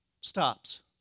stops